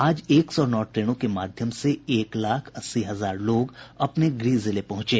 आज एक सौ नौ ट्रेनों के माध्यम से एक लाख अस्सी हजार लोग अपने गृह जिले पहुंचे